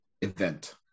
event